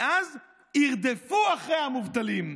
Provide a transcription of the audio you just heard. ואז ירדפו אחרי המובטלים,